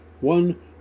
one